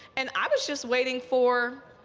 and i was just waiting for,